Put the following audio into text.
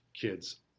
kids